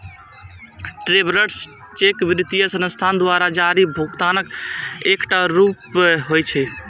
travellers cheque वित्तीय संस्थान द्वारा जारी भुगतानक एकटा रूप होइ छै